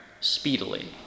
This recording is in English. speedily